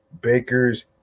Baker's